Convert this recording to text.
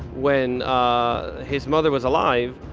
when his mother was alive,